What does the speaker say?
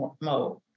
mode